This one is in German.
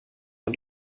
und